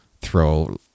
throw